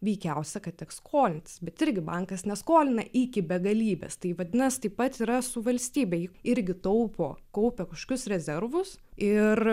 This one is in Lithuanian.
veikiausia teks skolintis bet irgi bankas neskolina iki begalybės tai vadinas taip pat yra su valstybe ji irgi taupo kaupia kažkokius rezervus ir